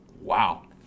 Wow